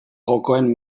jokoen